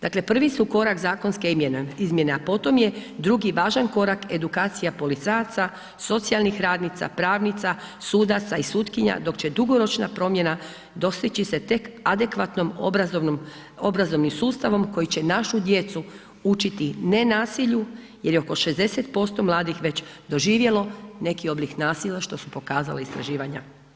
Dakle, prvi su korak zakonske izmjene, a potom je drugi važan korak edukacija policajaca, socijalnih radnica, pravnica, sudaca i sutkinja, dok će dugoročna promjena dostići se tek adekvatnom obrazovnim sustavom koji će našu djecu učiti nasilju jer je oko 60% mladih već doživjelo neki oblik nasilja, što su pokazala istraživanja.